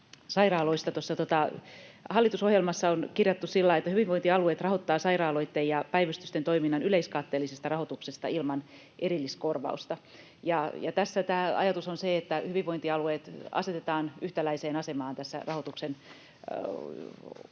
sairaaloista. Hallitusohjelmassa on kirjattu sillä lailla, että hyvinvointialueet rahoittavat sairaaloitten ja päivystysten toiminnan yleiskatteellisesta rahoituksesta ilman erilliskorvausta. Tässä ajatus on se, että hyvinvointialueet asetetaan yhtäläiseen asemaan tässä rahoituksen osalta